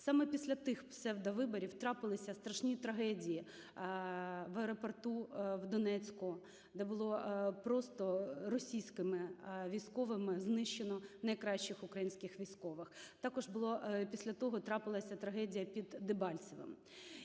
Саме після тих псевдовиборів трапилися страшні трагедії в аеропорту в Донецьку, де було просто російськими військовими знищено найкращих українських військових. Також після того трапилась трагедія під Дебальцевим.